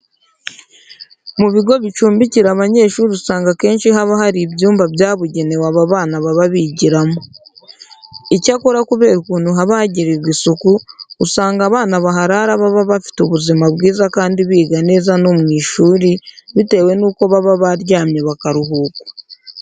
Mu bigo bicumbikira abanyeshuri usanga akenshi haba hari ibyumba byabugenewe aba bana baba bigiramo. Icyakora kubera ukuntu haba hagirirwa isuku, usanga abana baharara baba bafite ubuzima bwiza kandi biga neza no mu ishuri bitewe nuko baba baryamye bakaruhuka.